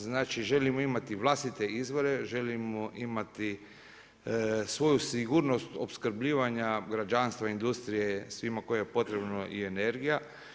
Znači želimo imati vlastite izvore, želimo imati svoju sigurnost opskrbljivanja građanstva, industrije svima kojima je potrebno i energija.